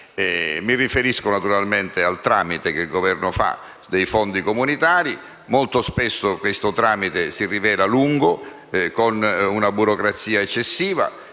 Mi riferisco, naturalmente, al ruolo del Governo di tramite dei fondi comunitari. Molto spesso questo tramite si rileva lungo, con una burocrazia eccessiva.